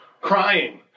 crying